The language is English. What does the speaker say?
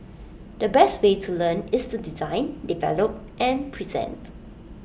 the best way to learn is to design develop and present